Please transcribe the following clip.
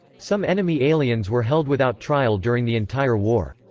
some enemy aliens were held without trial during the entire war.